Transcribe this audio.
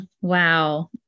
Wow